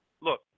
look